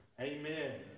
Amen